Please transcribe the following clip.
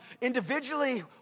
individually